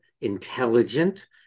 intelligent